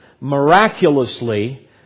miraculously